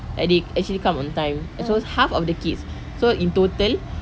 like they actually come on time and so it's half of the kids so in total